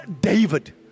David